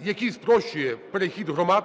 який спрощує перехід громад.